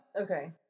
Okay